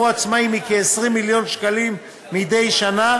עצמאים היא כ-20 מיליון שקלים מדי שנה,